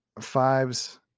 fives